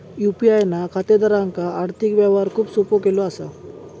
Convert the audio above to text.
UPI ना खातेदारांक आर्थिक व्यवहार खूप सोपो केलो असा